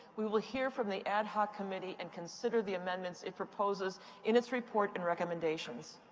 we will hear from the ad hoc committee and consider the amendments it proposes in its report and recommendations.